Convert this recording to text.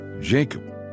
Jacob